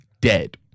dead